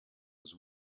was